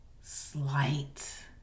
slight